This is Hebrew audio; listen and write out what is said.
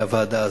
הוועדה הזאת.